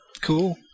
Cool